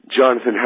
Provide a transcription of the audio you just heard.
Jonathan